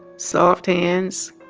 soft hands,